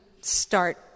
start